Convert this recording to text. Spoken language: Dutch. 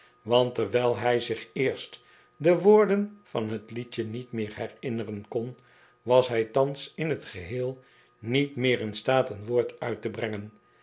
hadden want'terwijl hij zich eerst de woorden van het liedje niet meer herinneren kon was hij thans in het geheel niet meer in staat een woord uit te brengen